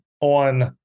on